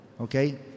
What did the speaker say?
Okay